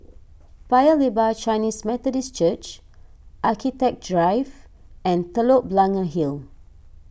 Paya Lebar Chinese Methodist Church Architect Drive and Telok Blangah Hill